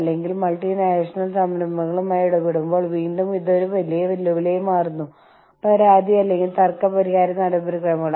എന്റെ കമ്മ്യൂണിറ്റി ഞാൻ എന്ത് ചെയ്താലും കേന്ദ്രീകരിക്കപ്പെടേണ്ടത് എന്റെ കമ്മ്യൂണിറ്റിയുടെ ഏറ്റവും മികച്ച താൽപ്പര്യങ്ങൾ മാത്രമാണ്